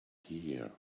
here